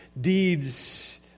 deeds